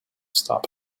stop